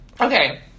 okay